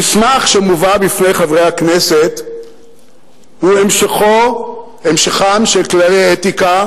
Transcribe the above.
המסמך שמובא בפני חברי הכנסת הוא המשכם של כללי אתיקה